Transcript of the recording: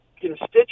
constituents